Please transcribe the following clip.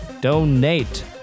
Donate